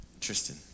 Tristan